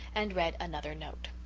and read another note.